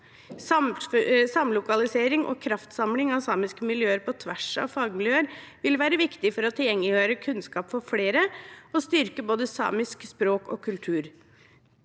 Samlokalisering og kraftsamling av samiske miljøer på tvers av fagmiljøer vil være viktig for å tilgjengeliggjøre kunnskap for flere, og styrke både samisk språk og samisk